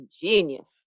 genius